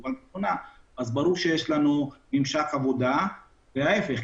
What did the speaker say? אז ברור שיש ממשק עבודה וההפך.